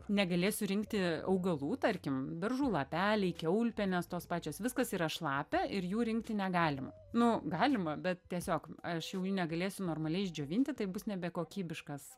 negalėsiu rinkti augalų tarkim beržų lapeliai kiaulpienės tos pačios viskas yra šlapia ir jų rinkti negalima nu galima bet tiesiog aš jų negalėsiu normaliai išdžiovinti tai bus nebekokybiškas